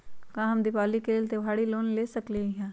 का हम दीपावली के लेल त्योहारी लोन ले सकई?